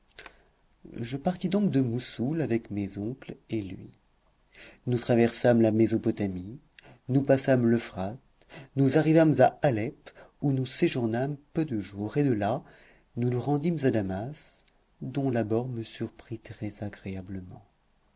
je partis donc de moussoul avec mes oncles et lui nous traversâmes la mésopotamie nous passâmes l'euphrate nous arrivâmes à alep où nous séjournâmes peu de jours et de là nous nous rendîmes à damas dont l'abord me surprit